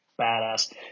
badass